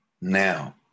now